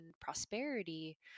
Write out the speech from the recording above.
prosperity